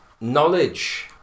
knowledge